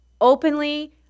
openly